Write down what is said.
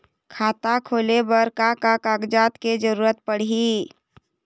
खाता खोले बर का का कागजात के जरूरत पड़ही?